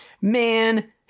Man